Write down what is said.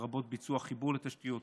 לרבות ביצוע חיבור לתשתיות,